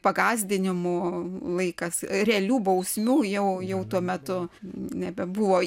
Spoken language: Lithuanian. pagąsdinimų laikas realių bausmių jau jau tuo metu nebebuvo